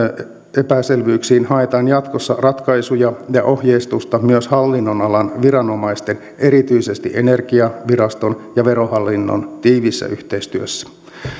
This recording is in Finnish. tulkintaepäselvyyksiin haetaan jatkossa ratkaisuja ja ohjeistusta myös hallinnonalan viranomaisten erityisesti energiaviraston ja verohallinnon tiiviissä yhteistyössä